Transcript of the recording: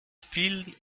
vielen